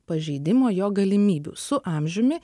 pažeidimo jo galimybių su amžiumi